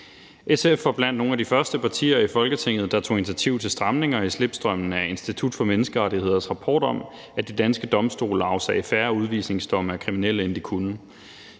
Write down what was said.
SF var blandt nogle af de første partier i Folketinget, der tog initiativ til stramninger i slipstrømmen af Institut for Menneskerettigheders rapport om, at de danske domstole afsagde færre udvisningsdomme over kriminelle, end de kunne.